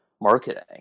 marketing